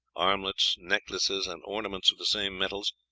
armlets, necklaces, and ornaments of the same metals,